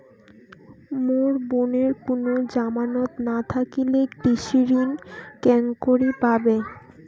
মোর বোনের কুনো জামানত না থাকিলে কৃষি ঋণ কেঙকরি পাবে?